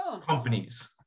companies